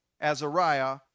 Azariah